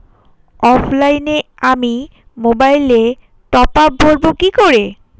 অফলাইনে আমি মোবাইলে টপআপ ভরাবো কি করে?